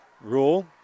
Rule